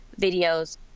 videos